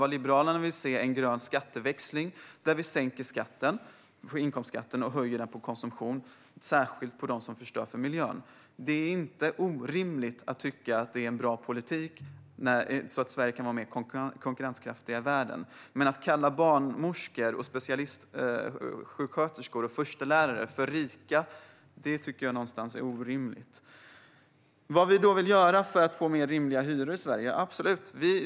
Vad Liberalerna vill se är en grön skatteväxling där vi sänker skatten på inkomst och höjer den på konsumtion - särskilt av det som förstör miljön. Det är inte orimligt att tycka att det är en bra politik så att Sverige kan vara mer konkurrenskraftigt i världen. Att kalla barnmorskor, specialistsjuksköterskor och förstelärare rika tycker jag dock är orimligt. Vad vill vi göra för att få mer rimliga hyror i Sverige?